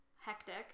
hectic